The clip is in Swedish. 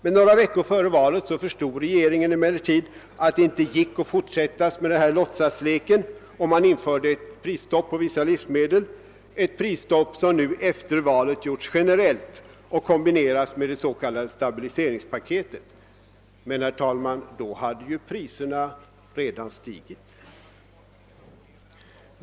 Men några veckor före valet förstod regeringen, att det inte gick att fortsätta med denna låtsaslek, och man införde prisstopp på vissa livsmedel, ett prisstopp, som nu efter valet gjorts generellt och kombinerats med det s.k. stabiliseringspaketet. Men, herr talman, då hade ju priserna redan stigit.